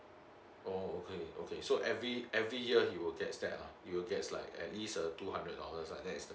oh okay okay so every every year you'll get that ah you will get like at least uh two hundred dollars like that is